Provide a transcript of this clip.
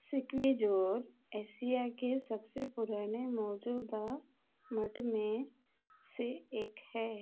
Siquijor Asia के सबसे पुराने मौजूदा मठ में से एक है